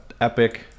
epic